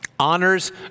honors